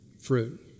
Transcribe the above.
Fruit